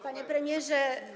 Panie Premierze!